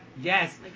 yes